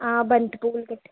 ఆ బంతి పువ్వులు పెట్టండి